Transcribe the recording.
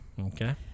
okay